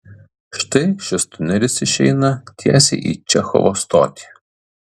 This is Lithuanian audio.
štai šis tunelis išeina tiesiai į čechovo stotį